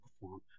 perform